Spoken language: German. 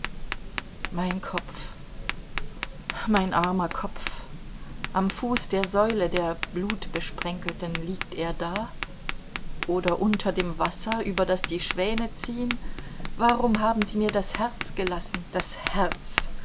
mein kopf mein armer kopf am fuß der säule der blutbesprenkelten liegt er da oder unter dem wasser über das die schwäne ziehen warum haben sie mir das herz gelassen das herz